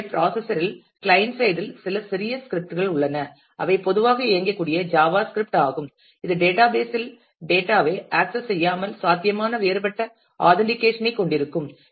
எனவே ப்ரௌஸ்சர் இல் client side இல் சில சிறிய ஸ்கிரிப்ட்கள் உள்ளன அவை பொதுவாக இயங்கக்கூடிய ஜாவா ஸ்கிரிப்ட் ஆகும் இது டேட்டாபேஸ் இல் டேட்டா ஐ ஆக்சஸ் செய்யாமல் சாத்தியமான வேறுபட்ட ஆதன்டிகேசன் ஐ கொண்டிருக்கும்